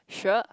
sure